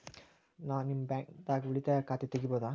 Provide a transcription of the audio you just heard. ನಾ ನಿಮ್ಮ ಬ್ಯಾಂಕ್ ದಾಗ ಉಳಿತಾಯ ಖಾತೆ ತೆಗಿಬಹುದ?